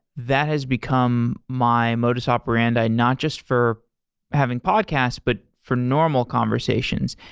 that has become my modus operandi not just for having podcasts, but for normal conversations.